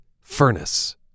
Furnace